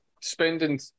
spending